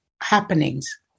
happenings